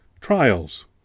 trials